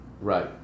right